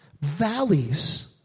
valleys